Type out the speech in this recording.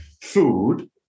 food